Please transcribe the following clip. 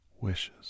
wishes